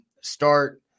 start